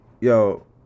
Yo